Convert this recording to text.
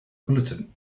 bulletin